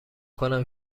کنم